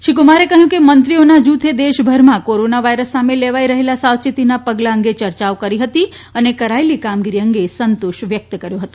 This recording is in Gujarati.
શ્રી કુમારે કહ્યું કે મંત્રીઓના જૂથે દેશભરમાં કોરોના વાયરસ સામે લેવાઈ રહેલા સાવયેતીના પગલા અંગે ચર્ચાઓ કરી હતી અને કરાચેલી કામગીરી અંગે સંતોષ વ્યક્ત કર્યો હતો